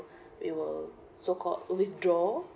we will so called withdraw